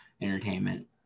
entertainment